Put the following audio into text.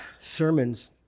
sermons